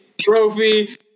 trophy